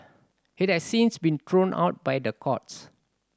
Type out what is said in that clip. it has since been thrown out by the courts